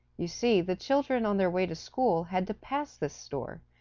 you see the children on their way to school had to pass this store,